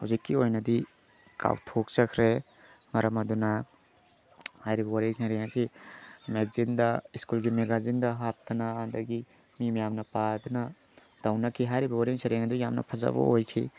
ꯍꯧꯖꯤꯛꯀꯤ ꯑꯣꯏꯅꯗꯤ ꯀꯥꯎꯊꯣꯛꯆꯈ꯭ꯔꯦ ꯃꯔꯝ ꯑꯗꯨꯅ ꯍꯥꯏꯔꯤꯕ ꯋꯥꯔꯦꯡ ꯁꯩꯔꯦꯡ ꯑꯁꯤ ꯃꯦꯒꯥꯖꯤꯟꯗ ꯏꯁꯀꯨꯜꯒꯤ ꯃꯦꯒꯥꯖꯤꯟꯗ ꯍꯥꯞꯇꯅ ꯑꯗꯒꯤ ꯃꯤ ꯃꯌꯥꯝꯅ ꯄꯥꯗꯅ ꯇꯧꯅꯈꯤ ꯍꯥꯏꯔꯤꯕ ꯋꯥꯔꯦꯟ ꯁꯩꯔꯦꯡ ꯑꯗꯨ ꯌꯥꯝꯅ ꯐꯖꯕ ꯑꯣꯏꯈꯤ